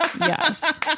Yes